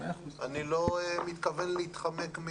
אני לא מתכוון להתחמק.